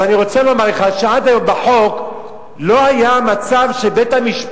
אז אני רוצה לומר לך שעד היום בחוק לא היה מצב שבית-המשפט